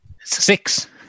Six